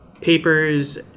papers